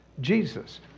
Jesus